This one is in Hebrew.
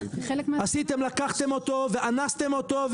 לקחתם אותו ואנסתם אותו,